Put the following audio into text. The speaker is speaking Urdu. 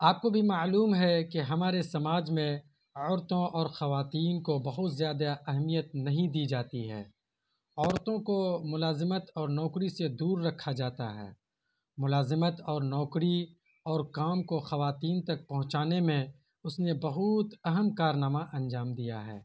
آپ کو بھی معلوم ہے کہ ہمارے سماج میں عورتوں اور خواتین کو بہت زیادہ اہمیت نہیں دی جاتی ہے عورتوں کو ملازمت اور نوکری سے دور رکھا جاتا ہے ملازمت اور نوکری اور کام کو خواتین تک پہنچانے میں اس نے بہت اہم کارنامہ انجام دیا ہے